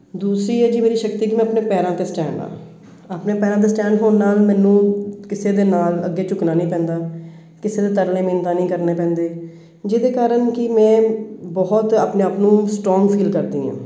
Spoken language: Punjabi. ਦੂਸਰੀ ਹੈ ਜੀ ਮੇਰੀ ਸ਼ਕਤੀ ਕਿ ਮੈਂ ਆਪਣੇ ਪੈਰਾਂ 'ਤੇ ਸਟੈਂਡ ਹਾਂ ਆਪਣੇ ਪੈਰਾਂ 'ਤੇ ਸਟੈਂਡ ਹੋਣ ਨਾਲ ਮੈਨੂੰ ਕਿਸੇ ਦੇ ਨਾਲ ਅੱਗੇ ਝੁਕਣਾ ਨਹੀਂ ਪੈਂਦਾ ਕਿਸੇ ਦੇ ਤਰਲੇ ਮਿੰਨਤਾਂ ਨਹੀਂ ਕਰਨੇ ਪੈਂਦੇ ਜਿਹਦੇ ਕਾਰਨ ਕਿ ਮੈਂ ਬਹੁਤ ਆਪਣੇ ਆਪ ਨੂੰ ਸਟਰੋਂਗ ਫੀਲ ਕਰਦੀ ਹਾਂ